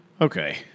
Okay